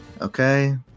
Okay